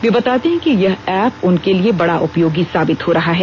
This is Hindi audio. वे बताते हैं कि यह ऐप उनके लिए बड़ा उपयोगी साबित हो रहा है